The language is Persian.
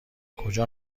کجا